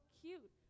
cute